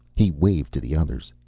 he waved to the others.